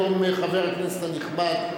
היום חבר הכנסת הנכבד,